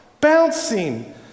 bouncing